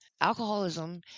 alcoholism